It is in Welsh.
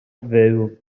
fyw